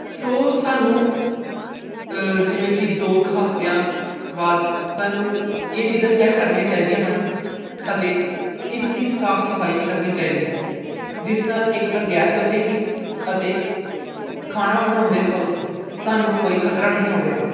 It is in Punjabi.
ਸੋ ਸਾਨੂੰ ਜਿਵੇਂ ਕਿ ਦੋ ਕੁ ਹਫਤਿਆਂ ਬਾਅਦ ਸਾਨੂੰ ਇਹ ਚੀਜ਼ਾਂ ਚੈੱਕ ਕਰਨੀਆਂ ਚਾਹੀਦੀਆਂ ਹਨ ਅਤੇ ਇਸ ਦੀ ਸਾਫ ਸਫਾਈ ਕਰਨੀ ਚਾਹੀਦੀ ਹੈ ਜਿਸ ਨਾਲ ਇੱਕ ਤਾਂ ਗੈਸ ਬਚੇਗੀ ਅਤੇ ਖਾਣਾ ਬਣਾਉਂਦੇ ਵਕਤ ਸਾਨੂੰ ਕੋਈ ਖਤਰਾ ਨਹੀਂ ਹੋਵੇਗਾ